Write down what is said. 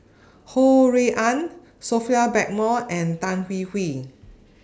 Ho Rui An Sophia Blackmore and Tan Hwee Hwee